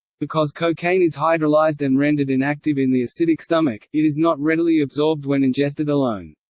because cocaine is hydrolyzed and rendered inactive in the acidic stomach, it is not readily absorbed when ingested alone.